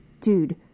dude